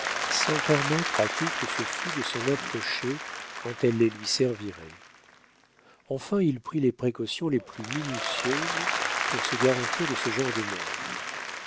sans permettre à qui que ce fût de s'en approcher quand elle les lui servirait enfin il prit les précautions les plus minutieuses pour se garantir de ce genre de mort